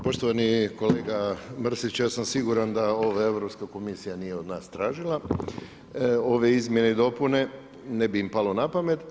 Poštovani kolega Mrsić, ja sam siguran da ovo Europska komisija nije od nas tražila ove izmijene i dopune, ne bi im palo na pamet.